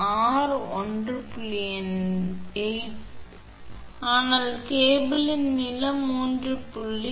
7 × 10−12 எஃப்மீ ஆனால் கேபிளின் நீளம் 3